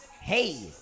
hey